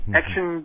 action